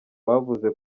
bavuze